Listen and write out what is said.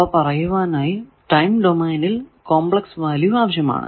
അവ പറയുവാനായി ടൈം ഡൊമൈനിൽ കോംപ്ലക്സ് വാല്യൂ ആവശ്യമാണ്